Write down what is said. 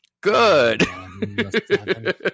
good